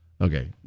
Okay